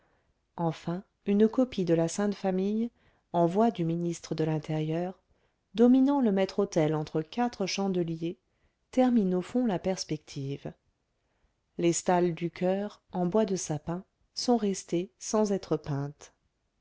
enfin une copie de la sainte famille envoi du ministre de l'intérieur dominant le maître-autel entre quatre chandeliers termine au fond la perspective les stalles du choeur en bois de sapin sont restées sans être peintes